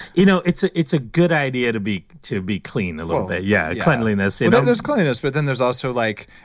you know it's ah it's a good idea to be to be cleaned a little bit yeah. well, you know there's cleanliness, but then there's also like.